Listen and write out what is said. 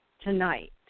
tonight